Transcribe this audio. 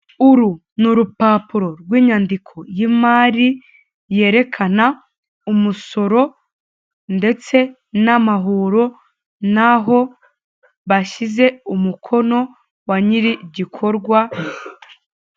Uru ni urupapuro rw'inyandiko y'imari, yerekana umusoro ndetse n'amahoro n'aho bashyize umukono wa nyir'igikorwa.